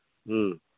ꯎꯝ